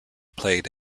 played